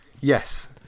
yes